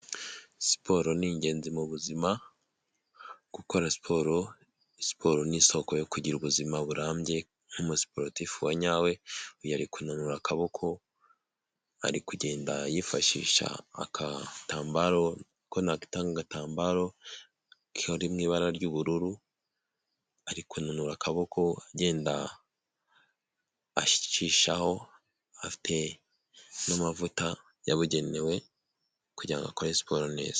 Siporo ni ingenzi mu buzima, gukora siporo, siporo ni' isoko yo kugira ubuzima burambye nk'umusiporotifu wa nyawe uyu ari kunura akaboko ari kugenda yifashisha akatambaro ako nakwit agatambaro kari mu ibara ry'ubururu ari kunura akaboko agenda acishaho afite n'amavuta yabugenewe kugirango ngo akore siporo neza.